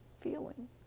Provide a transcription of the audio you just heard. feeling